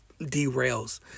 derails